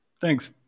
Thanks